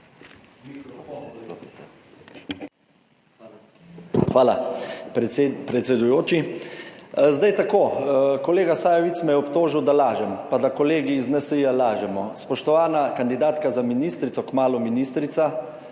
Hvala predsedujoči. Zdaj tako, kolega Sajovic me je obtožil, da lažem, pa da kolegi iz Nsi lažemo. Spoštovana kandidatka za ministrico, kmalu ministrica,